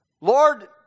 Lord